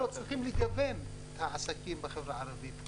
צריכים לגוון את העסקים בחברה הערבית,